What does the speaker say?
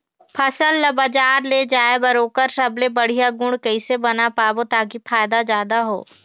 फसल ला बजार ले जाए बार ओकर सबले बढ़िया गुण कैसे बना पाबो ताकि फायदा जादा हो?